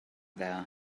there